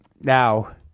Now